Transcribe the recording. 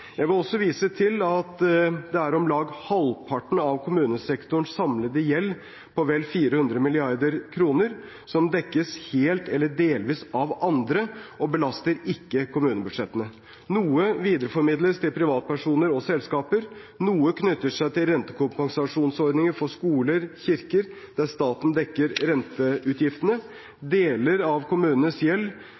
Jeg vil også vise til at det er om lag halvparten av kommunesektorens samlede gjeld på vel 400 mrd. kr som dekkes helt eller delvis av andre, og ikke belaster kommunebudsjettene. Noe videreformidles til privatpersoner og selskaper, noe knytter seg til rentekompensasjonsordningen for skoler og kirker, der staten dekker renteutgiftene. Deler av kommunenes gjeld